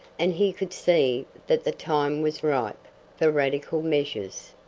and he could see that the time was ripe for radical measures.